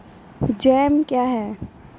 Jam क्या हैं?